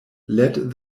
led